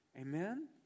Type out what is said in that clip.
Amen